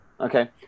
Okay